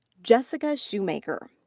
jessica shoemaker.